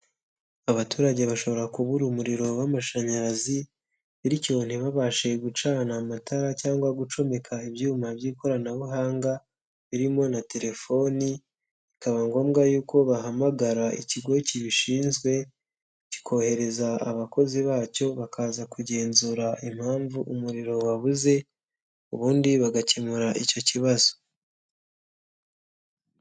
Abaturage bashobora kubura umuriro w'amashanyarazi. Bityo ntibabashe gucana amatara cyangwa gucomeka ibyuma by'ikoranabuhanga birimo na telefoni. Bikaba ngombwa yuko bahamagara ikigo kibishinzwe, kikohereza abakozi bacyo bakaza kugenzura impamvu umuriro wabuze, ubundi bagakemura icyo kibazo.